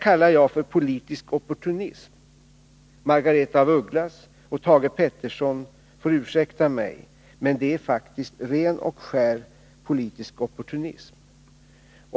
Margaretha af Ugglas och Thage Peterson får ursäkta mig, men detta kallar jag faktiskt ren och skär politisk opportunism.